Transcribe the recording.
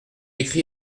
écrit